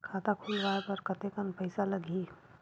खाता खुलवाय बर कतेकन पईसा लगही?